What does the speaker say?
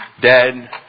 dead